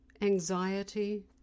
Anxiety